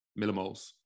millimoles